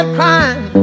crying